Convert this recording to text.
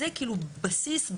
זה בסיס.